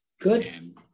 Good